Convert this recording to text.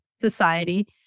society